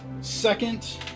Second